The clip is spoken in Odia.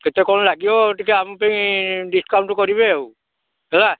କେତେ କ'ଣ ଲାଗିବ ଟିକିଏ ଆମ ପାଇଁ ଡ଼ିସ୍କାଉଣ୍ଟ୍ କରିବେ ଆଉ ହେଲା